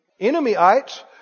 enemyites